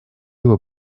его